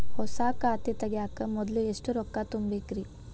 ಹೊಸಾ ಖಾತೆ ತಗ್ಯಾಕ ಮೊದ್ಲ ಎಷ್ಟ ರೊಕ್ಕಾ ತುಂಬೇಕ್ರಿ?